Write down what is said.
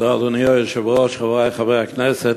אדוני היושב-ראש, תודה, חברי חברי הכנסת,